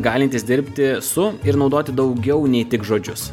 galintys dirbti su ir naudoti daugiau nei tik žodžius